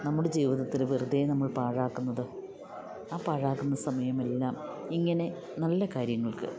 നമ്മുടെ ജീവിതത്തില് വെറുതെ നമ്മൾ പാഴാക്കുന്നത് ആ പാഴാക്കുന്ന സമയമെല്ലാം ഇങ്ങനെ നല്ല കാര്യങ്ങൾക്ക്